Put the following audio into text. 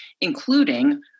including